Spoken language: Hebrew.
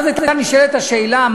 אז הייתה נשאלת השאלה,